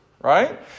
Right